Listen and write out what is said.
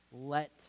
let